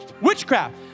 Witchcraft